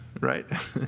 Right